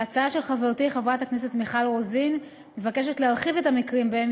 ההצעה של חברתי חברת הכנסת מיכל רוזין מבקשת להרחיב את המקרים שבהם